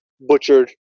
butchered